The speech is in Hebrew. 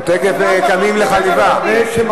הם תיכף קמים לחליבה.